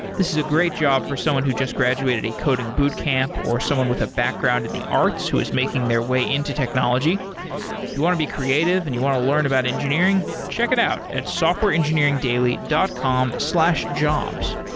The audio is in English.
this is a great job for someone who just graduated a coding bootcamp or someone with a background in the arts who is making their way into technology. if you want to be creative and you want to learn about engineering, check it out at softwareengineeringdaily dot com slash jobs.